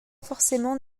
forcément